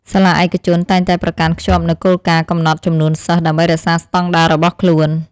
សាលាឯកជនតែងតែប្រកាន់ខ្ជាប់នូវគោលការណ៍កំណត់ចំនួនសិស្សដើម្បីរក្សាស្តង់ដាររបស់ខ្លួន។